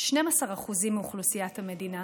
12% מאוכלוסיית המדינה,